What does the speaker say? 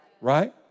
Right